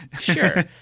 sure